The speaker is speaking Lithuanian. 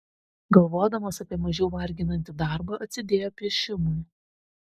galvodamas apie mažiau varginantį darbą atsidėjo piešimui